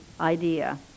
idea